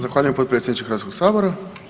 Zahvaljujem potpredsjedniče Hrvatskog sabora.